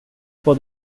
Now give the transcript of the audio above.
for